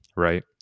Right